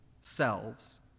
selves